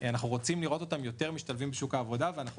אנחנו רוצים לראות אותם משתלבים יותר בשוק העבודה ואנחנו